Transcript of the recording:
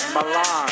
Milan